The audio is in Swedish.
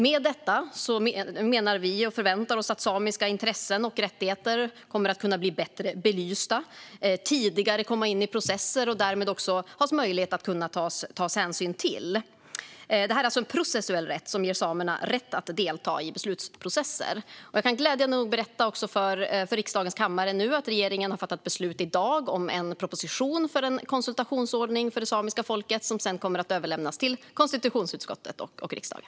Med detta menar och förväntar vi oss att samiska intressen och rättigheter kommer att kunna bli bättre belysta, komma in i processer tidigare och därmed också få möjlighet att visas större hänsyn. Det här är alltså en processuell rätt som ger samerna rätt att delta i beslutsprocesser. Jag kan glädjande nog berätta för riksdagens kammare att regeringen i dag har fattat beslut om en proposition för en konsultationsordning för det samiska folket som sedan kommer att överlämnas till konstitutionsutskottet och riksdagen.